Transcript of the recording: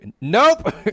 nope